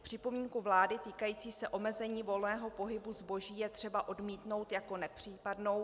Připomínku vlády týkající se omezení volného pohybu zboží je třeba odmítnout jako nepřípadnou.